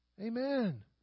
Amen